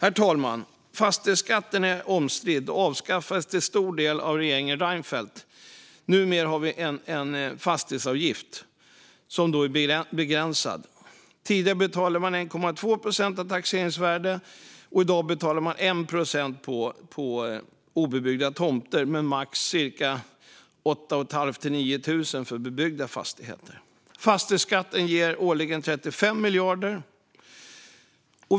Herr talman! Fastighetsskatten är omstridd och avskaffades till stor del av regeringen Reinfeldt. Numera har vi en fastighetsavgift, som då är begränsad. Tidigare betalade man 1,2 procent av taxeringsvärdet. I dag betalar man 1 procent för obebyggda tomter, men max cirka 8 500-9 000 för bebyggda fastigheter. Fastighetsskatten ger årligen 35 miljarder.